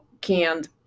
canned